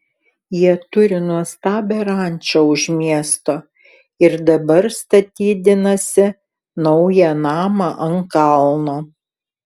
jie turi nuostabią rančą už miesto ir dabar statydinasi naują namą ant kalno